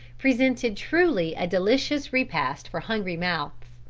presented truly a delicious repast for hungry mouths.